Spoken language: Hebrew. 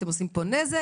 אתם עושים פה נזק.